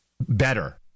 better